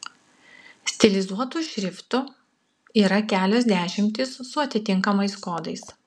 stilizuotų šriftų yra kelios dešimtys su atitinkamais kodais